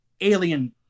alien